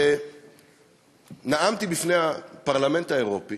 נאמתי בפני הפרלמנט האירופי